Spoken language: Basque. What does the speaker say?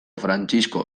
frantzisko